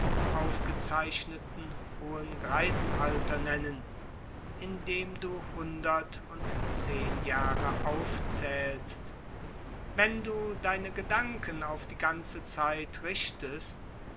aufgezeichneten hohen greisenalter nennen indem du hundert und zehn jahre aufzählst wenn du deine gedanken auf die ganze zeit richtest